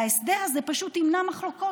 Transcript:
וההסדר הזה פשוט ימנע מחלוקות,